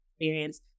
experience